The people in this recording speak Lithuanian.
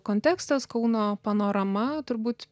kontekstas kauno panorama turbūt